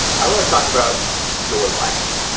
i want to talk about your life,